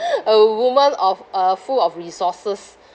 a woman of uh full of resources